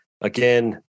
Again